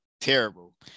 terrible